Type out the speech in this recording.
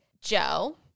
Joe